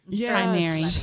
primary